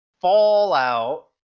Fallout